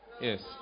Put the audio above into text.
Yes